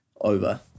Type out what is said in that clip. over